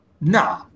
No